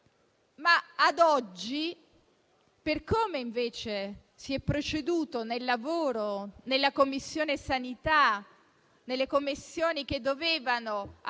Ad oggi, per come invece si è proceduto nel lavoro in Commissione sanità e nelle Commissioni che dovevano portare